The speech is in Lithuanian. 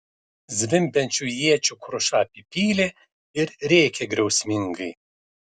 zvimbiančių iečių kruša apipylė ir rėkė griausmingai